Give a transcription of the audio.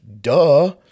duh